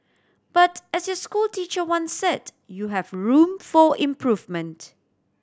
but as your school teacher one said you have room for improvement